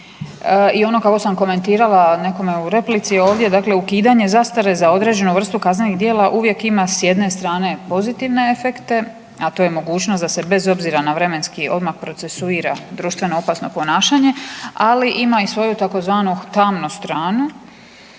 i ono kako sam komentirala nekome u replici ovdje, dakle ukidanje zastare za određenu vrstu kaznenih djela uvijek ima s jedne strane pozitivne efekte, a to je mogućnost da se, bez obzira na vremenski odmak procesuira društveno opasno ponašanje, ali ima svoju tzv. tamnu stranu,